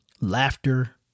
laughter